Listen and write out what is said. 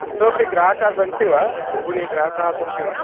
इतोऽपि ग्राहकाः सन्ति वा बहवः ग्राहकाः सन्ति वा